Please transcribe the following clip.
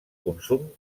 consum